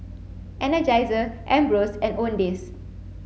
Energizer Ambros and Owndays